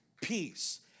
peace